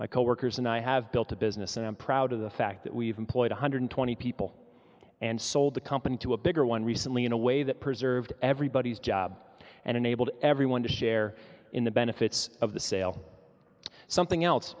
my coworkers and i have built a business and i'm proud of the fact that we've employed one hundred twenty people and sold the company to a bigger one recently in a way that preserved everybody's job and enabled everyone to share in the benefits of the sale or something else